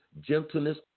gentleness